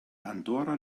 andorra